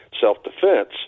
self-defense